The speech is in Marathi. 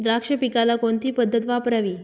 द्राक्ष पिकाला कोणती पद्धत वापरावी?